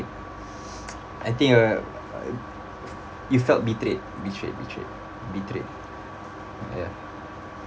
I think uh you felt betrayed betrayed betrayed betrayed ya